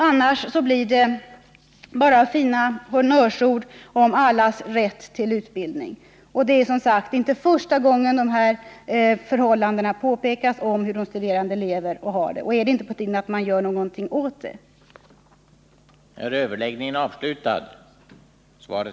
Annars blir det bara fina honnörsord om allas rätt till utbildning. Det är som sagt inte första gången det påpekas hur de studerande lever och har det. Är det inte på tiden att göra någonting åt förhållandena?